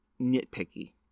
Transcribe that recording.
nitpicky